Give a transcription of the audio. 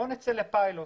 בואו נצא לפיילוט.